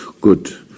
good